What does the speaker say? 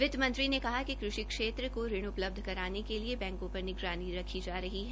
वित्त मंत्री ने कहा कि कृषि क्षेत्र को ऋण उपलब्ध कराने के लिए बैंकों पर निगरानी रखी जा रही है